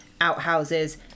outhouses